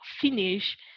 finish